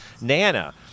Nana